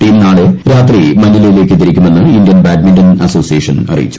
team നാളെ രാത്രി മനിലയിലേയ്ക്ക് തിരിക്കുമെന്ന് ഇന്ത്യൻ ബാഡ്മിന്റൺ അസോസിയേഷൻ അറിയിച്ചു